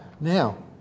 now